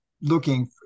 looking